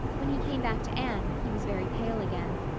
when he came back to anne, he was very pale again.